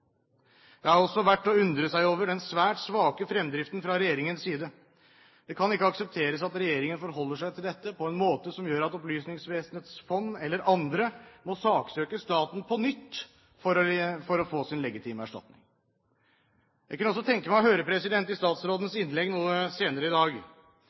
Det er også verdt å undre seg over den svært svake fremdriften fra regjeringens side. Det kan ikke aksepteres at regjeringen forholder seg til dette på en måte som gjør at Opplysningsvesenets fond eller andre må saksøke staten på nytt for å få sin legitime erstatning. Jeg kunne tenke meg å høre – i statsrådens innlegg senere i dag